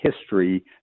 history